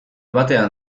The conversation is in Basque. batean